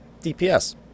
DPS